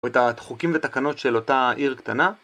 או את החוקים ותקנות של אותה עיר קטנה